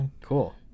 cool